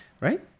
right